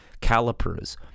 calipers